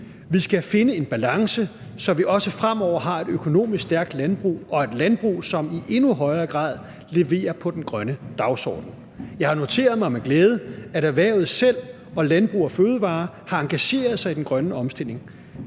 Vi skal finde en balance, så vi også fremover har et økonomisk stærkt landbrug, og et landbrug, som i endnu højere grad leverer på den grønne dagsorden. Jeg har noteret mig med glæde, at erhvervet selv og Landbrug & Fødevarer har engageret sig i den grønne omstilling.